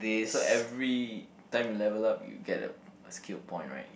so every time you level up you get a a skill point right